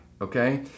okay